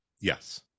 Yes